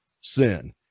sin